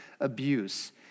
abuse